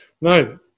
No